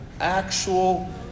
actual